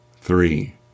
three